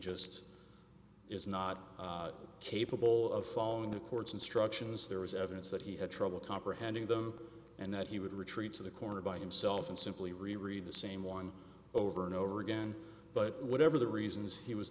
just is not capable of following the court's instructions there was evidence that he had trouble comprehending them and that he would retreat to the corner by himself and simply read the same one over and over again but whatever the reasons he was